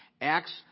Acts